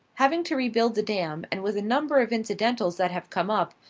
having to rebuild the dam, and with a number of incidentals that have come up,